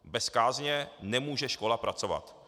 Bez kázně nemůže škola pracovat.